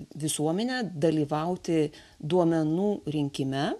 visuomenę dalyvauti duomenų rinkime